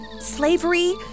Slavery